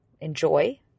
enjoy